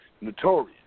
notorious